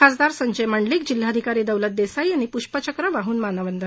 खासदार संजय मंडलीक जिल्हाधिकारी दौलत दस्तीई यांनी पुष्पचक्र वाहून मानवंदना दिली